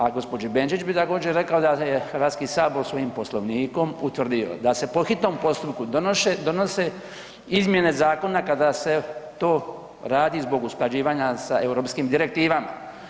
A gospođi Benčić bi također rekao da je HS svojim Poslovnikom utvrdio da se po hitnom postupku donose izmjene zakona kada se to radi zbog usklađivanja sa europskim direktivama.